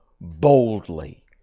boldly